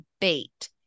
bait